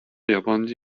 yabancı